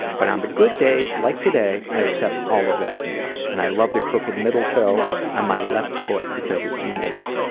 but on the good days, like today, i accept all of those things. and i love the crooked middle toe on my left foot because it's unique.